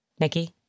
Nikki